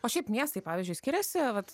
o šiaip miestai pavyzdžiui skiriasi vat